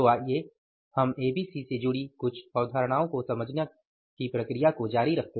तो आइए हम एबीसी से जुडी कुछ अवधारणाओं को समझने की प्रकिया को जारी रखें